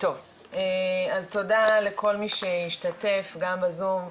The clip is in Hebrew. טוב אז תודה לכל מי שהשתתף, גם בזום.